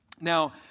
Now